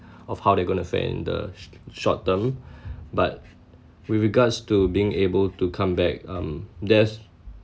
of how they're going to fend the sh~ short term but with regards to being able to come back um there's